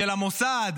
של המוסד,